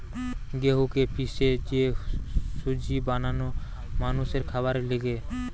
গেহুকে পিষে যে সুজি বানানো মানুষের খাবারের লিগে